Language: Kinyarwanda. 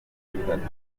n’umushoferi